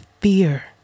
fear